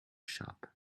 shop